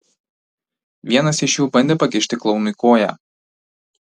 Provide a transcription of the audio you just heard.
vienas iš jų bandė pakišti klounui koją